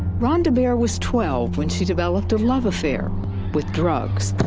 rhonda bear was twelve when she developed a love affair with drugs.